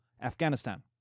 Afghanistan